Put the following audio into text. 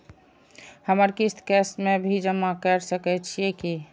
हमर किस्त कैश में भी जमा कैर सकै छीयै की?